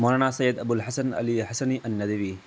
Maulana Syed Abul Hasan Ali Hasani Nadwi